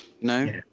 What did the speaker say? No